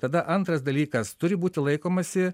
tada antras dalykas turi būti laikomasi